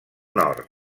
nord